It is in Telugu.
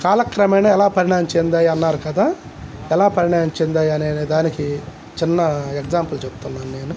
కాలక్రమేణ ఎలా పరిమాణం చెందాయా అన్నారు కదా ఎలా పరిణామం చెందాయి అనే దానికి చిన్న ఎగ్జాంపుల్ చెబుతున్నాను నేను